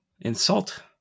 insult